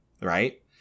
right